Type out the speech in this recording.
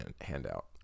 handout